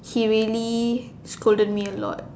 he really scolded me a lot